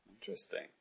Interesting